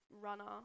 runner